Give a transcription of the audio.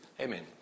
amen